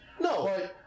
No